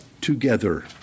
together